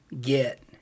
get